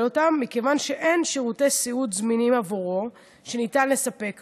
אותם מכיוון שאין שירותי סיעוד זמינים עבורו שניתן לספק לו,